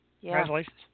Congratulations